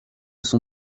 son